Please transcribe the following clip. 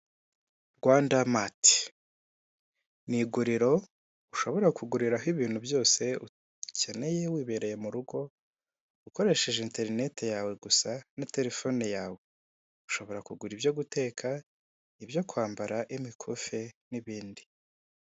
Rwandamart ni iguriro ushobora kuguriraho ibintu byose ukeneye wibereye mu rugo ukoresheje internet yawe gusa na telefone yawe ushobora kugura ibyo guteka, ibyo kwambara, imikufi n'ibindi .